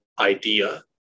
idea